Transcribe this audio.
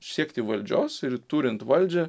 siekti valdžios ir turint valdžią